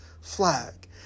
flag